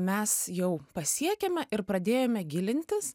mes jau pasiekėme ir pradėjome gilintis